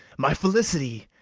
my felicity,